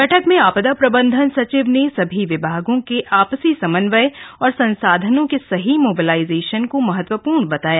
बैठक में आपदा प्रबंधन सचिव ने सभी विभागों के आपसी समन्वय और संसाधनों के सही मोबलाइजेशन को महत्वपूर्ण बताया